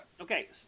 Okay